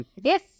Yes